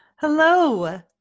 hello